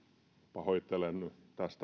pahoittelut